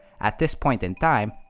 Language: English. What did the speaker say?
at this point in time,